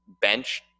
bench